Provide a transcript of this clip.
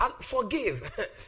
forgive